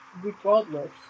regardless